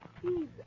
Please